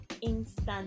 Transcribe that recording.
instant